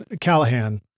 callahan